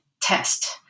test